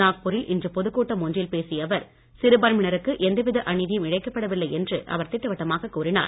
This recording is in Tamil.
நாக்பூரில் இன்று பொதுக் கூட்டம் ஒன்றில் பேசிய அவர் சிறுபான்மையினருக்கு எந்தவித அநீதியும் இழைக்கப்படவில்லை என்று அவர் திட்டவட்டமாக கூறினார்